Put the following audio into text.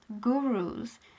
gurus